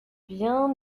bien